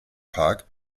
park